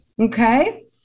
okay